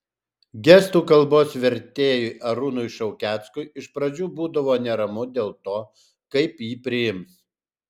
gestų kalbos vertėjui arūnui šaukeckui iš pradžių būdavo neramu dėl to kaip jį priims